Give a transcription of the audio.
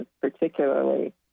particularly